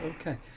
Okay